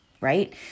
right